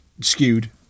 skewed